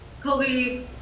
Kobe